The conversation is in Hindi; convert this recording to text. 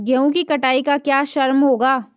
गेहूँ की कटाई का क्या श्रम होगा?